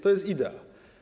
To jest idea.